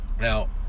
Now